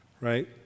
Right